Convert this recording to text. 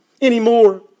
anymore